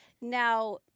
Now